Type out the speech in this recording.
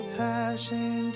passion